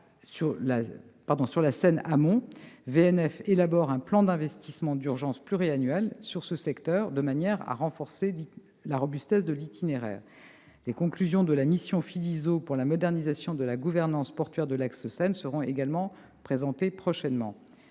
partie Seine amont, VNF élabore un plan d'investissement pluriannuel d'urgence sur ce secteur, de manière à renforcer la robustesse de l'itinéraire. Les conclusions de la mission de M. Philizot pour la modernisation de la gouvernance portuaire de l'axe Seine seront également présentées prochainement.